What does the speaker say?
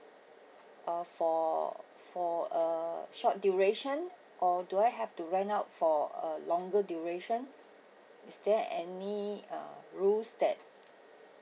uh for for uh short duration or do I have to rent out for a longer duration is there any uh rules that